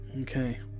Okay